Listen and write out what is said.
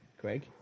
Craig